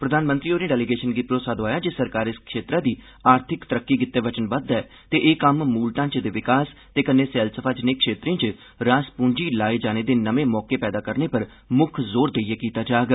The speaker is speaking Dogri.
प्रधानमंत्री होरें डेलीगेशन गी भरोसा दोआया जे सरकार इस क्षेत्रै दी आर्थिक तरक्की गितै बचनबद्ध ऐ ते एह् कम्म मूल ढांचे दे विकास ते कन्नै सैलसफा जनेह् क्षेत्रें च रास पूंजी लाए जाने दे नमें मौके पैदा करने पर मुक्ख जोर देइयै कीता जाग